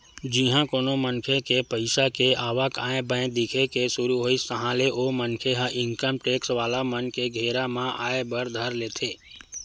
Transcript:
जिहाँ कोनो मनखे के पइसा के आवक आय बाय दिखे के सुरु होइस ताहले ओ मनखे ह इनकम टेक्स वाला मन के घेरा म आय बर धर लेथे